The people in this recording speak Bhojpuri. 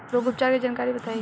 रोग उपचार के जानकारी बताई?